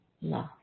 love